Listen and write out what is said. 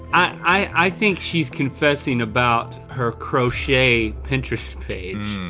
i think she's confessing about her crochet pinterest page,